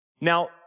Now